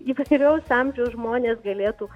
įvairaus amžiaus žmonės galėtų